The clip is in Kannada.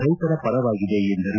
ರೈತರ ಪರವಾಗಿದೆ ಎಂದರು